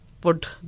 put